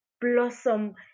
blossom